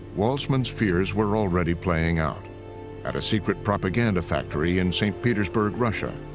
waltzman's fears were already playing out at a secret propaganda factory in st. petersburg, russia,